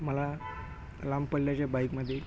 मला लांब पल्ल्याच्या बाईकमध्ये